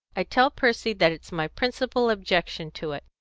i tell percy that it's my principal objection to it.